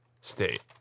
State